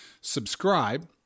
subscribe